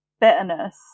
bitterness